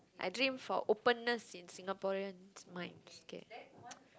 I dream for openness in Singaporeans mind okay